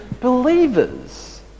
believers